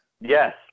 Yes